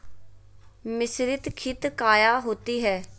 मिसरीत खित काया होती है?